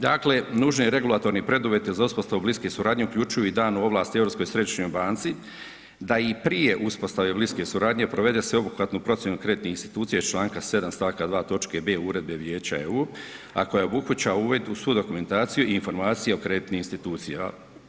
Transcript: Dakle, nužan je regulatorni preduvjet za uspostavu bliske suradnje uključuju i dan ovlasti Europskoj središnjoj banci da i prije uspostave bliske suradnje provede sveobuhvatnu procjenu kreditnih institucija iz čl. 7. st. 2. toč. b. Uredbe Vijeća EU, a koja obuhvaća uvid u svu dokumentaciju i informacije o kreditnim institucija.